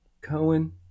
cohen